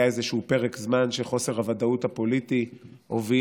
היה איזשהו פרק זמן שבו חוסר הוודאות הפוליטי הוביל